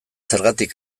zergatik